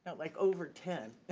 but like over ten.